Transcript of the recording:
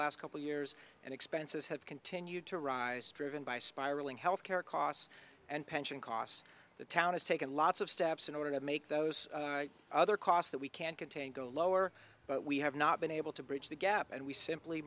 last couple years and expenses have continued to rise driven by spiraling health care costs and pension costs the town has taken lots of steps in order to make those other costs that we can't contain go lower but we have not been able to bridge the gap and we simply